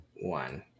one